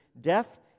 death